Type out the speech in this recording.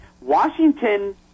Washington